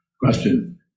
Question